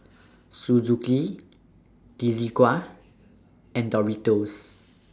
Suzuki Desigual and Doritos